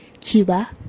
Cuba